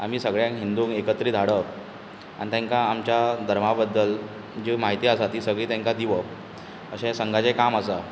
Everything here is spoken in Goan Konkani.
आमी सगळ्या हिंदूंक एकत्रीत हाडप आनी तांकां आमच्या धर्मा बद्दल ज्यो म्हायती आसा ती सगळी तेंकां दिवप अशें संघाचें काम आसा